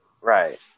Right